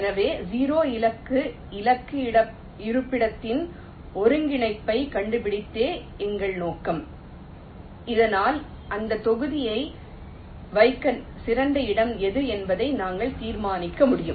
எனவே 0 இலக்கு இலக்கு இருப்பிடத்தின் ஒருங்கிணைப்பைக் கண்டுபிடிப்பதே எங்கள் நோக்கம் இதனால் அந்தத் தொகுதியை வைக்க சிறந்த இடம் எது என்பதை நாங்கள் தீர்மானிக்க முடியும்